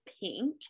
pink